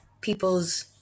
people's